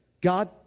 God